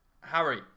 Harry